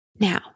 Now